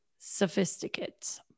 sophisticates